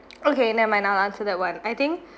okay never mind I'll answer that one I think